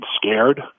scared